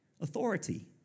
authority